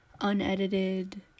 unedited